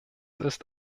ist